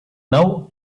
now